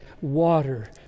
water